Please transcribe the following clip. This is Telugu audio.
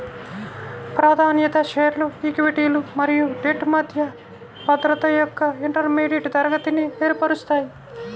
ప్రాధాన్యత షేర్లు ఈక్విటీలు మరియు డెట్ మధ్య భద్రత యొక్క ఇంటర్మీడియట్ తరగతిని ఏర్పరుస్తాయి